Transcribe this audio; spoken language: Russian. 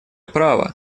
права